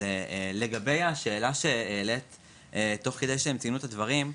אז לגבי השאלה שהעלית תוך כדי שהם ציינו את הדברים,